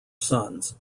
sons